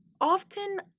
often